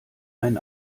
ein